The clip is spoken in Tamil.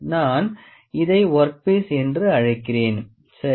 நான் இதை ஒர்க்பீஸ் என்று அழைக்கிறேன் சரி